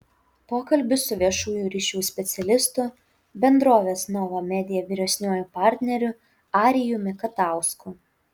pokalbis su viešųjų ryšių specialistu bendrovės nova media vyresniuoju partneriu arijumi katausku